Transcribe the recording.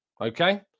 Okay